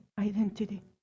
identity